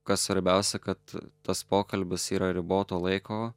kas svarbiausia kad tas pokalbis yra riboto laiko